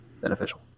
beneficial